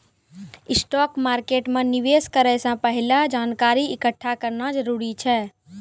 stock मार्केटो मे निवेश करै से पहिले जानकारी एकठ्ठा करना जरूरी छै